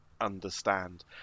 understand